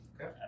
Okay